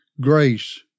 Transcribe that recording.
grace